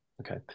okay